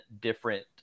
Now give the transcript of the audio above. different